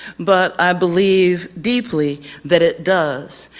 but i believe deeply that it does.